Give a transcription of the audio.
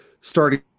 starting